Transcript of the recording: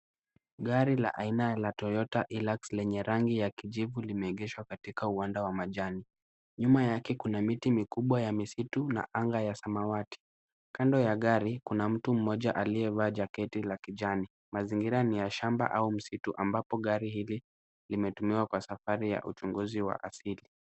Gari la aina la Toyota Hilux lenye rangi ya kijivu limeegeshwa katika uwanja wa majani. Nyuma take Kuna miti mikubwa ya misitu na anga ya samawati. Kando ya gari, kuna mtu mmoja aliyevaa jacket la kijani. Mazingira ni ya shamba au msitu ambapo gari hili limetumiwa kwa safari ya uchunguzi wa asili.